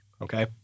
okay